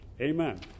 Amen